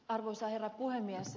arvoisa herra puhemies